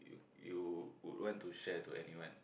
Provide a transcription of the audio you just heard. you would want to share to anyone